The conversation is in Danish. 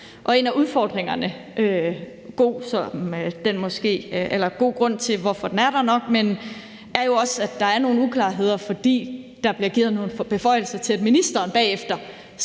En af udfordringerne er jo også – selv om der nok er en god grund til det – at der er nogle uklarheder, fordi der bliver givet nogle beføjelser til, at ministeren bagefter